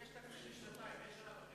יש תקציב לשנתיים, אין שנה וחצי.